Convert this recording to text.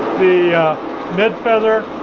the mid feather